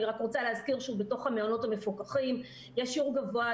אני רק רוצה להזכיר שבתוך המעונות המפוקחים יש שיעור גבוה,